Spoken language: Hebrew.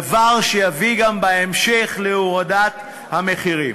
דבר שיביא בהמשך גם להורדת מחירים.